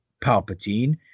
Palpatine